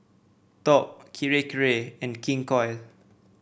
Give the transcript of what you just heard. Top Kirei Kirei and King Koil